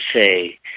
say